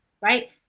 right